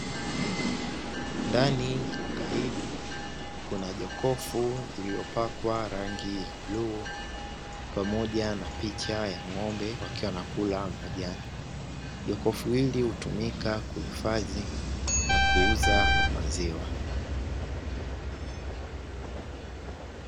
Ndani ya duka hili kuna jokofu zilizopakwa rangi ya bluu, pamoja na picha ya ng'ombe wakiwa wanakula majani. Jokofu hili hutumika kuhifadhi na kuuza maziwa.